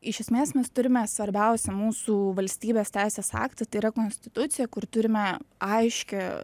iš esmės mes turime svarbiausią mūsų valstybės teisės aktą tai yra konstitucija kur turime aiškią